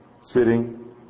sitting